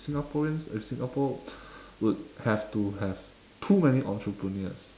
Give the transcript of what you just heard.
singaporeans if singapore would have to have too many entrepreneurs